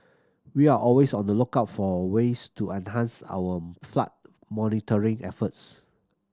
we are always on the lookout for ways to enhance our flood monitoring efforts